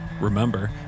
Remember